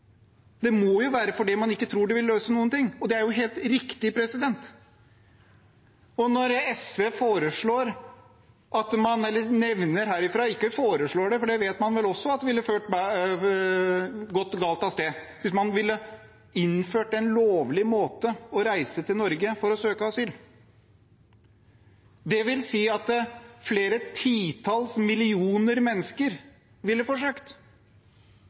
Det må være fordi man ikke tror det vil løse noen ting, og det er jo helt riktig. SV nevner det, men foreslår det ikke, for man vet vel at det ville ført galt av sted hvis man innførte en lovlig måte å reise til Norge på for å søke asyl. Det ville ført til at flere titalls millioner mennesker ville forsøkt.